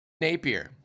Napier